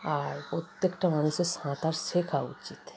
আর প্রত্যেকটা মানুষের সাঁতার শেখা উচিত